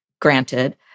granted